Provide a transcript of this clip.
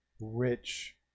rich